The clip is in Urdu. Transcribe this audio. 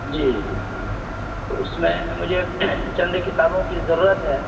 جی تو اس میں مجھے چند کتابوں کی ضرورت ہے